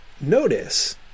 Notice